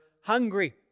hungry